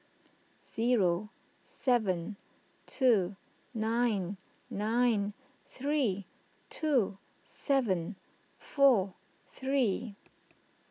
zero seven two nine nine three two seven four three